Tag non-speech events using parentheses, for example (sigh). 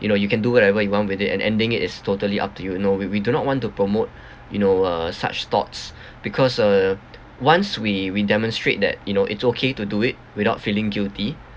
you know you can do whatever you want with it and ending it is totally up to you no we we do not want to promote (breath) you know uh such thoughts because uh once we we demonstrate that you know it's okay to do it without feeling guilty